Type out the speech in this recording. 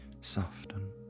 soften